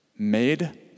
made